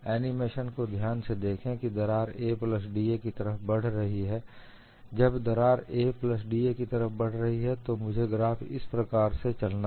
animation को ध्यान से देखें की दरार 'a प्लस da' की तरफ बढ रही है जब दरार 'a प्लस da' की तरफ बढ़ रही है तो मुझे ग्राफ पर इस प्रकार से चलना है